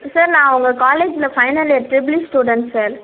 sir நான் உங்கள் காலேஜில் final year triple E student sir